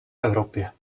evropě